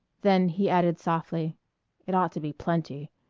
then he added softly it ought to be plenty.